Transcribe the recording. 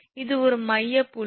இது ஒரு மையப்புள்ளி